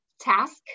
task